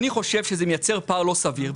אני חושב שזה מייצר פער לא סביר.